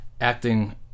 acting